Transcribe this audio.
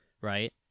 right